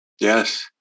Yes